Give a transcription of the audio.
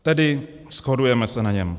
Tedy shodujeme se na něm.